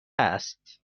است